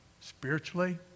spiritually